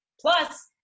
plus